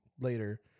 later